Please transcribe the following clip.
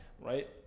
right